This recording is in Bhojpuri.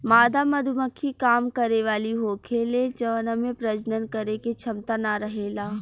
मादा मधुमक्खी काम करे वाली होखेले जवना में प्रजनन करे के क्षमता ना रहेला